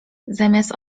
zamiast